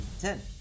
ten